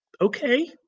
Okay